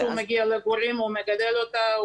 לפני שהוא מגיע לגורים הוא מגדל אותה,